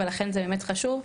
ולכן זה באמת חשוב.